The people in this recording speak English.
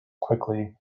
quickly